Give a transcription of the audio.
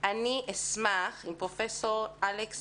אני אשמח אם פרופ' אלכס